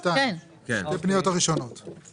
אחת היא על פנייה מספר 40 של רשות האוכלוסין וההגירה.